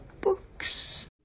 books